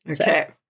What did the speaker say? Okay